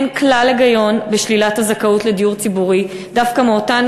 אין כל היגיון בשלילת הזכאות לדיור ציבורי דווקא מאותן